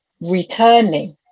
returning